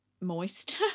moist